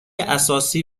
اساسی